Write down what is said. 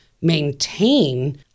maintain